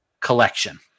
collection